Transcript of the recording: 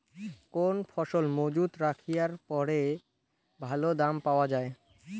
কোন ফসল মুজুত রাখিয়া পরে ভালো দাম পাওয়া যায়?